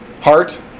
Heart